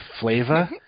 flavor